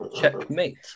Checkmate